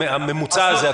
הממוצע הזה,